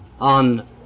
on